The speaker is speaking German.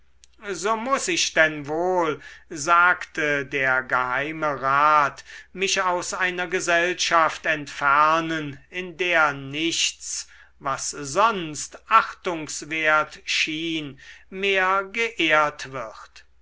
so muß ich denn wohl sagte der geheimerat mich aus einer gesellschaft entfernen in der nichts was sonst achtungswert schien mehr geehrt wird